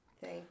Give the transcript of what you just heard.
Thank